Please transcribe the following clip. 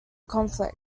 conflict